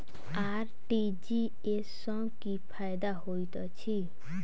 RTGS सँ की फायदा होइत अछि?